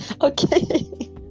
Okay